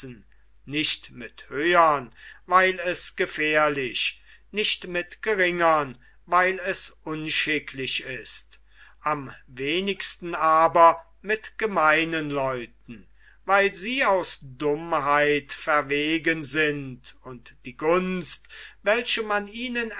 nicht mit höhern weil es gefährlich nicht mit geringern weil es unschicklich ist am wenigsten aber mit gemeinen leuten weil sie aus dummheit verwegen sind und die gunst welche man ihnen